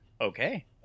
okay